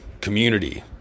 community